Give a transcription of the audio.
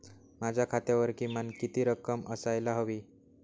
माझ्या खात्यावर किमान किती रक्कम असायला हवी?